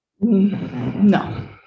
no